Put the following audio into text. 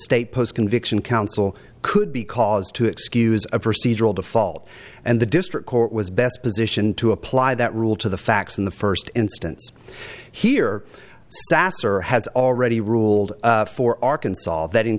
state post conviction counsel could be cause to excuse a procedural default and the district court was best position to apply that rule to the facts in the first instance here sasser has already ruled for arkansas that in